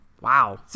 Wow